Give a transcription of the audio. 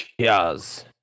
Cheers